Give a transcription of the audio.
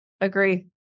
Agree